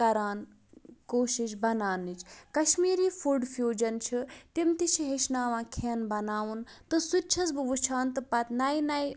کَران کوٗشِش بَناونٕچ کَشمیٖری فُڈ فیوٗجَن چھُ تِم تہِ چھ ہیٚچھناوان کھٮ۪ن بَناوُن تہٕ سُہ تہِ چھس بہٕ وٕچھان تہٕ پَتہٕ نٔے نٔے